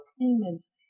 payments